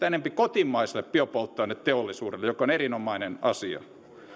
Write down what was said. enempi kotimaiselle biopolttoaineteollisuudelle mikä on erinomainen asia